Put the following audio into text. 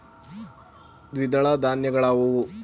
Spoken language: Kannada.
ದ್ವಿದಳ ಧಾನ್ಯಗಳಾವುವು?